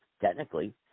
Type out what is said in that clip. technically